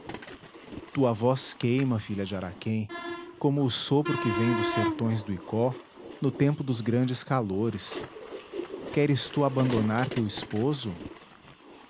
tua voz queima filha de araquém como o sopro que vem dos sertões do icó no tempo dos grandes calores queres tu abandonar teu esposo